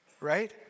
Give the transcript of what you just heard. right